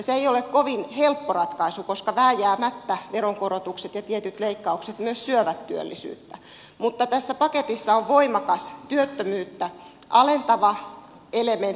se ei ole kovin helppo ratkaisu koska vääjäämättä veronkorotukset ja tietyt leikkaukset myös syövät työllisyyttä mutta tässä paketissa on voimakas työttömyyttä alentava elementti